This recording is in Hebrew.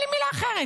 אין לי מילה אחרת.